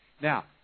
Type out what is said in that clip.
Now